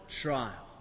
trial